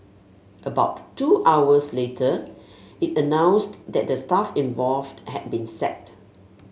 about two hours later it announced that the staff involved had been sacked